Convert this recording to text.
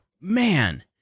man